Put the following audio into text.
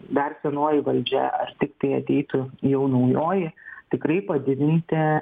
dar senoji valdžia ar tiktai ateitų jau naujoji tikrai padidinti